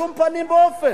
בשום פנים ואופן.